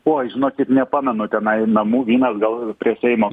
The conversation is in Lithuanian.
oi žinokit nepamenu tenai namų vynas gal prie seimo